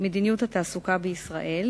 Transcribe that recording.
מדיניות התעסוקה בישראל,